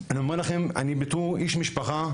אני אומר לכם, בתור איש משפחה,